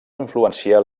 influenciar